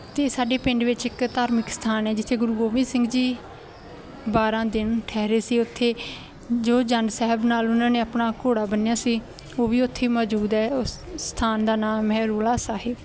ਅਤੇ ਸਾਡੇ ਪਿੰਡ ਵਿੱਚ ਇੱਕ ਧਾਰਮਿਕ ਸਥਾਨ ਹੈ ਜਿੱਥੇ ਗੁਰੂ ਗੋਬਿੰਦ ਸਿੰਘ ਜੀ ਬਾਰਾਂ ਦਿਨ ਠਹਿਰੇ ਸੀ ਉੱਥੇ ਜੋ ਜੰਡ ਸਾਹਿਬ ਨਾਲ ਉਹਨਾਂ ਨੇ ਆਪਣਾ ਘੋੜਾ ਬੰਨਿਆ ਸੀ ਉਹ ਵੀ ਉੱਥੇ ਮੌਜੂਦ ਹੈ ਉਸ ਸਥਾਨ ਦਾ ਨਾਮ ਹੈ ਰੋਹਲਾ ਸਾਹਿਬ